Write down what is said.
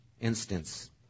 instance